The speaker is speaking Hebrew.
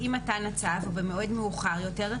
עם מתן הצו או במועד מאוחר יותר,